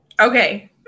Okay